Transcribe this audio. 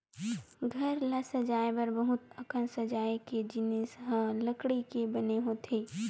घर ल सजाए बर बहुत अकन सजाए के जिनिस ह लकड़ी के बने होथे